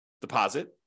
deposit